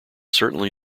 certainly